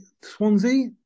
Swansea